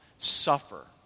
Suffer